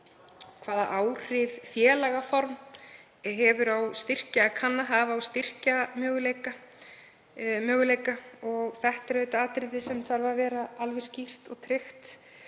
hvaða áhrif félagaform kunni að hafa á styrkjamöguleika. Það er auðvitað atriði sem þarf að vera alveg skýrt og tryggt.